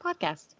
podcast